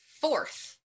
fourth